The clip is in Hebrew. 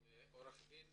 עורכת דין